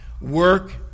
work